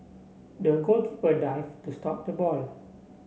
the goalkeeper dive to stop the ball